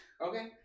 okay